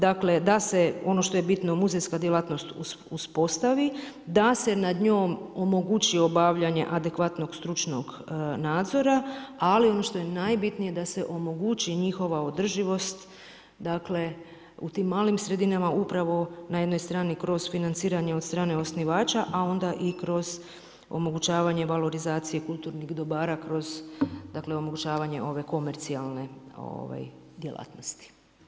Dakle, da se muzejska djelatnost uspostavi, da se nad njom omogući obavljanje adekvatnog stručnog nadzora, ono što je najbitnije da se omogući njihova održivost, dakle u tim malim sredinama upravo na jednoj strani kroz financiranje od strane osnivača, a onda i kroz omogućavanje valorizacije kulturnih dobara kroz omogućavanje ove komercijalne djelatnosti.